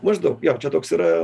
maždaug jog čia toks yra